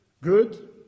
good